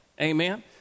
Amen